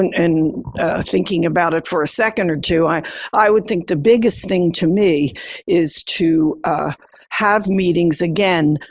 and thinking about it for a second or two, i i would think the biggest thing to me is to have meetings again,